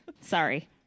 Sorry